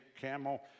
camel